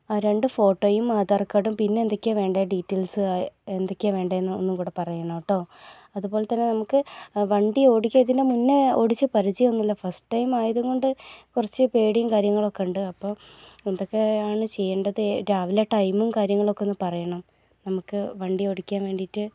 ആ രണ്ട് ഫോട്ടോയും ആധാർ കാർഡും പിന്നെ എന്തൊക്കെയാണ് വേണ്ട ഡീറ്റെയിൽസ് എന്തൊക്കെയാ വേണ്ടത് എന്ന് ഒന്നുംകൂടെ പറയണം കേട്ടോ അതുപോലെത്തന്നെ നമുക്ക് വണ്ടി ഓടിക്കുക ഇതിന് മുന്നേ ഓടിച്ച് പരിചയമൊന്നും ഇല്ല ഫസ്റ്റ് ടൈം ആയത് കൊണ്ട് കുറച്ച് പേടിയും കാര്യങ്ങളൊക്കെ ഉണ്ട് അപ്പം എന്തൊക്കെയാണ് ചെയ്യേണ്ടത് രാവിലെ ടൈമും കാര്യങ്ങളൊക്കെ എന്ന് പറയണം നമുക്ക് വണ്ടി ഓടിക്കാൻ വേണ്ടിയിട്ട്